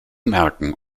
merken